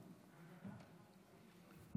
אדוני היושב-ראש,